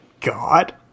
God